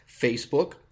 Facebook